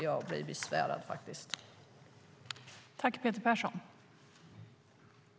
Jag blir faktiskt besvärad.